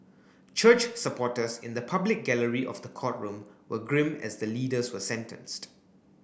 church supporters in the public gallery of the courtroom were grim as the leaders were sentenced